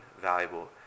valuable